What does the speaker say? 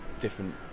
different